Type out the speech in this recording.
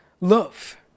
love